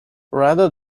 rather